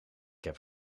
heb